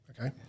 okay